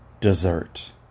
dessert